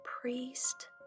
priest